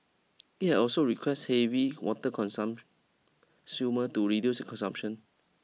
it has also requested heavy water to reduce consumption